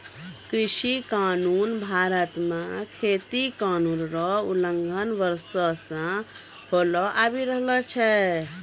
कृषि कानून भारत मे खेती कानून रो उलंघन वर्षो से होलो आबि रहलो छै